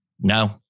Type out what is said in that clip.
No